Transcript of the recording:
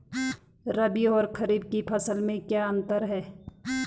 रबी और खरीफ की फसल में क्या अंतर है?